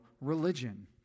religion